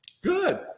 Good